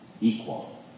equal